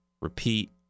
repeat